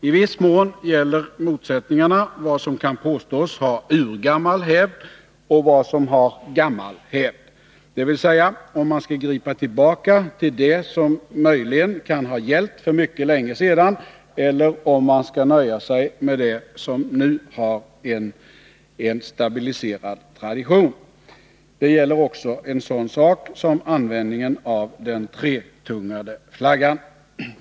I viss mån gäller motsättningarna vad som kan påstås ha urgammal hävd och vad som har gammal hävd, dvs. om man skall gripa tillbaka till det som möjligen kan ha gällt för mycket länge sedan eller om man skall nöja sig med det som nu har en stabiliserad tradition. Det gäller också en sådan sak som användningen av den tretungade flaggan.